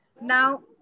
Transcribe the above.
Now